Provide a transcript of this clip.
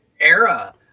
era